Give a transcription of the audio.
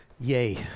yay